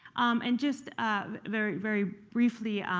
and just very very briefly,